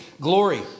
glory